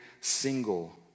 single